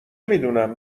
میدونم